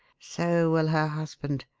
so will her husband.